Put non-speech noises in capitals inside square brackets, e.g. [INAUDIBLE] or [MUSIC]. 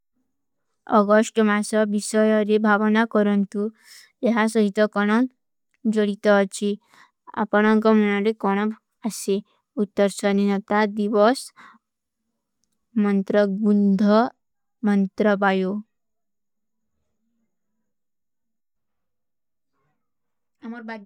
ଅଗଶ୍ଟ ମାସା ଵିଶଯାରେ ଭାଵନା କରନ୍ତୁ। ଯହାଁ ସହୀତା କାନାଂ ଜରୀତା ହାଚୀ। ଅପନାଂ କା ମୁନାରେ କାନାଂ ଅସେ। ଉତ୍ତର ସାନିନତା ଦିଵାସ। ମଂତ୍ରଗୁନ୍ଧ ମଂତ୍ରବାଯୋ। [NOISE]